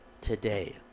today